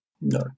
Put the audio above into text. no